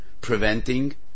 preventing